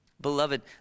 Beloved